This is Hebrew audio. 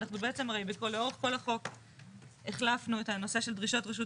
אנחנו בעצם הרי לאורך כל החוק החלפנו את הנושא של דרישות רשות